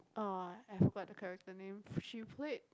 uh I forgot the character name she played